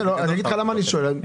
אני אגיד לך למה אני שואל.